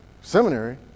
seminary